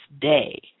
day